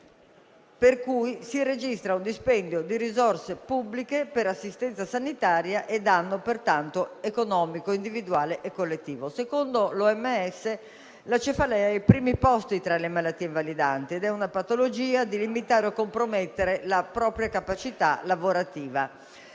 per cui si registra un dispendio di risorse pubbliche per assistenza sanitaria e pertanto un danno economico individuale e collettivo. Secondo l'OMS la cefalea è ai primi posti tra le malattie invalidanti ed è una patologia capace di limitare o compromettere la propria capacità lavorativa.